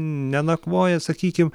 nenakvoja sakykim